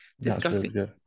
discussing